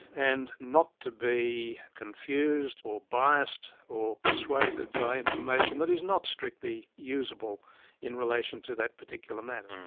and not to be confused or biased or persuaded by information that is not strictly usable in relation to that particular matter.